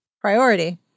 priority